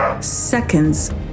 seconds